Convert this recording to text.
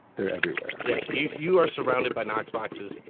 they're everywhere yeah. you you are surrounded by knox boxes,